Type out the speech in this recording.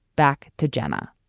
back to jenna